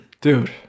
Dude